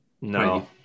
No